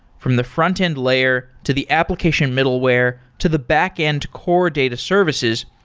from the frontend layer, to the application middleware, to the backend core data services,